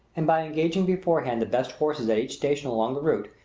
and by engaging beforehand the best horses at each station along the route,